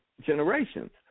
generations